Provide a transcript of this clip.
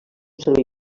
servei